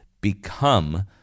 become